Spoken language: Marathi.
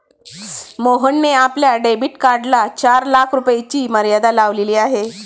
मोहनने आपल्या डेबिट कार्डला चार लाख रुपयांची मर्यादा लावलेली आहे